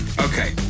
Okay